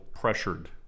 pressured